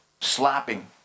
slapping